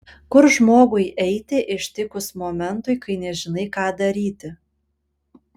kur žmogui eiti ištikus momentui kai nežinai ką daryti